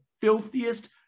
filthiest